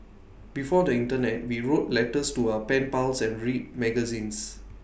before the Internet we wrote letters to our pen pals and read magazines